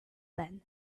then